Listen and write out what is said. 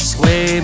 Sway